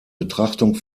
betrachtung